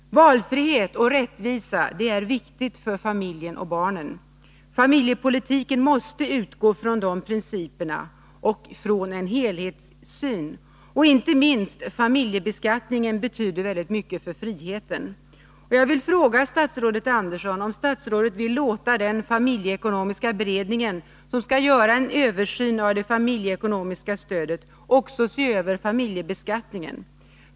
Valfrihet och rättvisa är viktigt för familjerna och barnen. Familjepolitiken måste utgå från de principerna och från en helhetssyn. Inte minst familjebeskattningen betyder väldigt mycket för friheten. Jag vill fråga statsrådet Andersson om statsrådet vill låta den familjeekonomiska beredningen, som skall göra en översyn av det familjeekonomiska stödet, också se över familjebeskattningen.